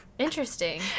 Interesting